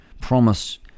promise